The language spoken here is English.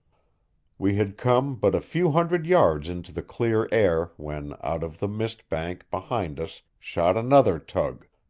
we had come but a few hundred yards into the clear air when out of the mist bank behind us shot another tug,